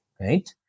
right